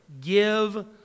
Give